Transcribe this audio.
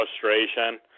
frustration